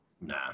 Nah